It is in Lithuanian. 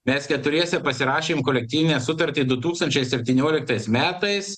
mes keturiese pasirašėm kolektyvinę sutartį du tūkstančiai septynioliktais metais